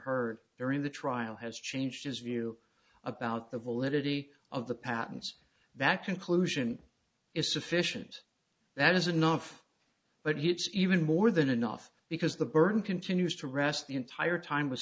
heard during the trial has changed his view about the validity of the patents that conclusion is sufficient that is enough but it's even more than enough because the burden continues to rest the entire time was